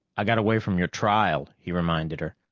i got away from your trial, he reminded her.